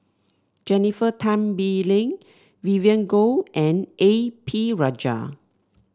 Jennifer Tan Bee Leng Vivien Goh and A P Rajah